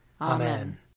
Amen